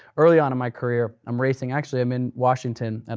early on in my career, i'm racing, actually i'm in washington. and